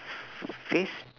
p~ p~ p~ phrase